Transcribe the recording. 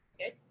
okay